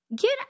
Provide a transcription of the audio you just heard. Get